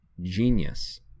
genius